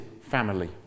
family